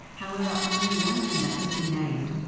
however only one member has been named,